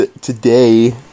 today